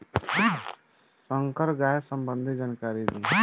संकर गाय संबंधी जानकारी दी?